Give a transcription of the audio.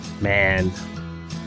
Man